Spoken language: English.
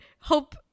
Hope